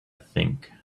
think